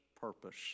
purpose